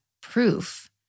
proof